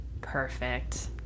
Perfect